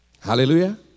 Hallelujah